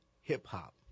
hip-hop